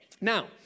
Now